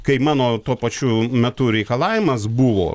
kai mano tuo pačiu metu reikalavimas buvo